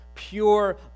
Pure